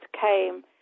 came